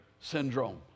syndrome